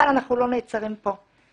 אבל אנחנו לא נעצרים כאן.